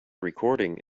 recording